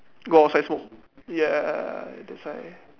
go outside smoke ya that's why